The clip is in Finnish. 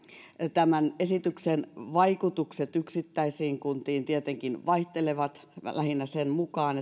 tämän esityksen vaikutukset yksittäisiin kuntiin tietenkin vaihtelevat lähinnä sen mukaan